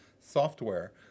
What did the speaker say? software